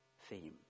theme